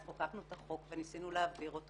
אז חוקקנו את החוק וניסינו להעביר אותו